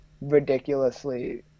ridiculously